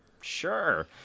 sure